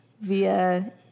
via